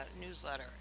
newsletter